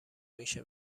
میشه